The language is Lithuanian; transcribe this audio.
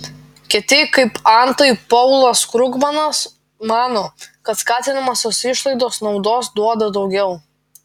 kiti kaip antai paulas krugmanas mano kad skatinamosios išlaidos naudos duoda daugiau